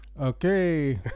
Okay